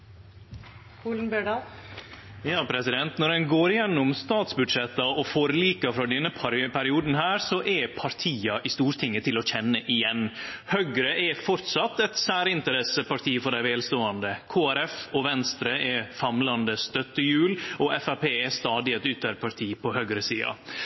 Når ein går igjennom statsbudsjetta og forlika frå denne perioden, er partia i Stortinget til å kjenne igjen. Høgre er framleis eit særinteresseparti for dei velståande. Kristeleg Folkeparti og Venstre er famlande støttehjul, og Framstegspartiet er